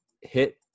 hit